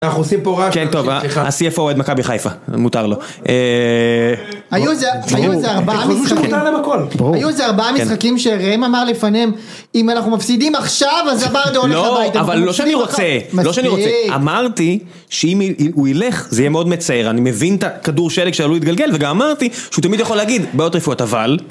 אנחנו עושים פה.. כן טוב, ה-CFO אוהד מכבי חיפה, מותר לו אההה.. היו זה, היו איזה ארבעה משחקים, היו איזה ארבעה משחקים שראם אמר לפניהם אם אנחנו מפסידים עכשיו אז עברנו…לא, אבל לא שאני רוצה, לא שאני רוצה. מספיק. אמרתי שאם הוא ילך זה יהיה מאוד מצער אני מבין את הכדור שלג שעלול להתגלגל וגם אמרתי שהוא תמיד יכול להגיד בעיות רפואיות, אבל